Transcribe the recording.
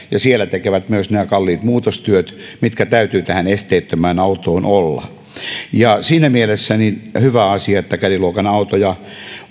siellä tekevät myös nämä kalliit muutostyöt mitkä täytyy tähän esteettömään autoon olla siinä mielessä on hyvä asia että caddy luokan autoja